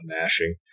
mashing